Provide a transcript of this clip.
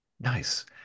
nice